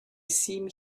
seemed